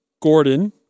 Gordon